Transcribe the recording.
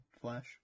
Flash